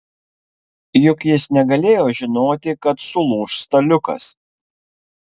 juk jis negalėjo žinoti kad sulūš staliukas